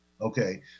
Okay